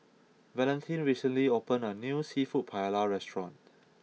Valentin recently opened a new Seafood Paella restaurant